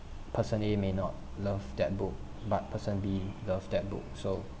person A may not love that book but person B love that book so